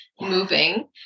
moving